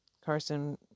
Carson